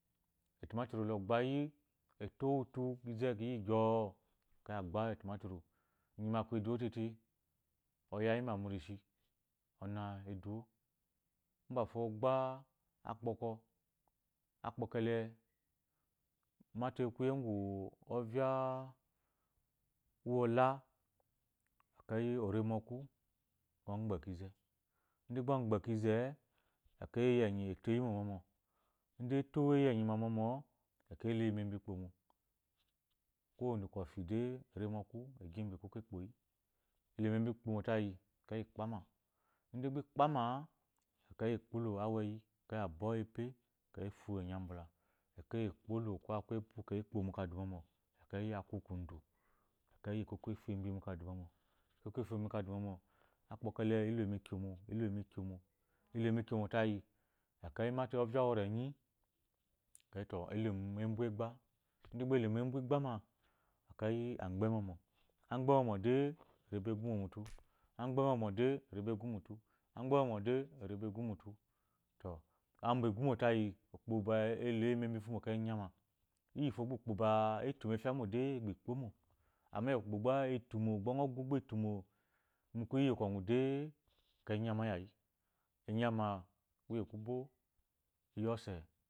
Atumuturu eto utu gyɔo ekeyi agba atumuturu inyi ma akee eduwo tete oyaryima mu rishi onah eduwo mbafo ogba akpokɔ akpokɔ ele mate kuye ngwu ovya uwola ekeyi oremo oku ekeyi ɔgba kinzi ide gba ogbe kenze ide gba ogba kenzee ekeyi eyi inyi o toyi mɔmɔ ide eto eyi enyi ma mɔmɔ o ekeyi eloye mu embi gbo mo kowanekofi de erimo moku ogi embi ekpoyi okowu embigbo tayi ekeyi yi ikpama ide ikpama a ekeyi ekpolo aweyi akeyi e fulo ɔbula ekeyi aku kude akeyi ekoko efuyi embi ekoko efuyi le ilo mu kyomo ile mu kyomo ile lo mu kyomo tayi akeyi mata ovya atwurenye ekeyi eluwe. onu embu egba ide ilomu embu igba ma ekeyi agbemɔmɔ agbe mɔmɔ de eri ebo gumo mutu to ambwa igumo tayi ukpo ba eloyi mu embifomu ekkeyi inyama ukpo. ba eto mo efya ble ba ikpomo amma ukpo gba etomu gba nga gu gba etomo mu kuye kwogu de ekeyi inyama yayi inyama kuye ku bo